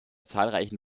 zahlreichen